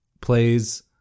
plays